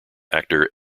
actor